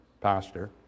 Pastor